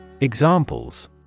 Examples